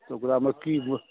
तऽ ओकरामे की